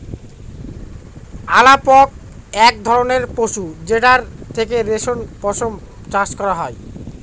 আলাপক এক ধরনের পশু যেটার থেকে রেশম পশম চাষ করা হয়